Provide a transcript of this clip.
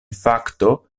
fakto